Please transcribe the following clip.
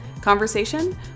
conversation